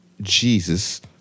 Jesus